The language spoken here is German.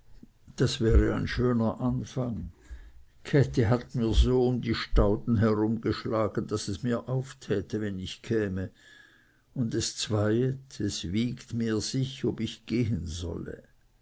das wäre ein schöner anfang käthi hat mir so um die stauden herum geschlagen daß es mir auftäte wenn ich käme und es zweiet mir sich ob ich gehen solle